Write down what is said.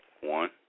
One